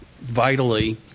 vitally